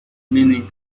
meaning